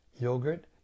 yogurt